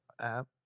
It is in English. app